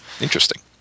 Interesting